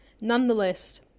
Nonetheless